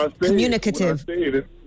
communicative